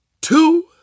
two